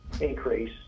increase